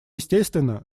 естественно